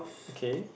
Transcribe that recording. okay